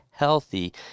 healthy